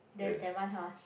then that one how ah